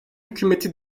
hükümeti